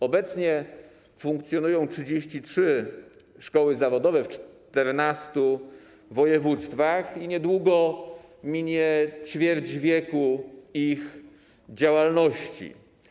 Obecnie funkcjonują 33 szkoły zawodowe w 14 województwach i niedługo minie ćwierć wieku ich działalności.